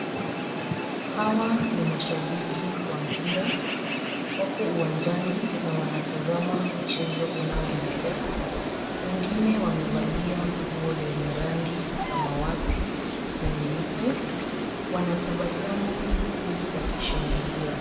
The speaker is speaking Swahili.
Hawa ni mashabiki wa mpira. Wako uwanjani na wanatazama mchezo unaoendelea. Wengine wamevalia nguo lenye rangi samawati na nyeupe. Wanatabasamu huku wakishangilia.